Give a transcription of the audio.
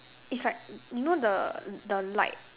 it's like you know the the light